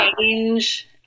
change